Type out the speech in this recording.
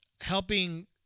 helping